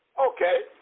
Okay